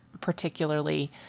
particularly